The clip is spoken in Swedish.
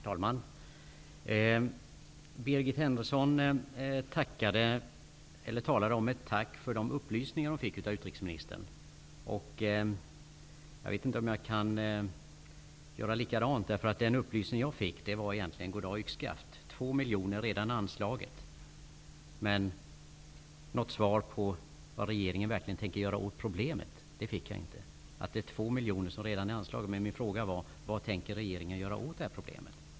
Herr talman! Birgit Henriksson tackade för de upplysningar hon fick av utrikesministern. Jag vet inte om jag kan göra likadant, för den upplysning jag fick var egentligen goddag--yxskaft. 2 miljoner har anslagits, sade utrikesministern, men något svar på vad regeringen verkligen tänker göra åt problemet fick jag inte. Min fråga var: Vad tänker regeringen göra åt problemet?